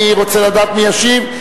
אני רוצה לדעת מי ישיב,